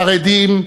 חרדים,